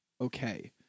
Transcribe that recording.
okay